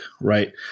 right